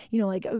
you know, like,